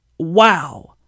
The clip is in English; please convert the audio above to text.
wow